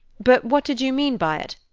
but what did you mean by it?